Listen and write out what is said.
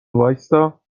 وایستا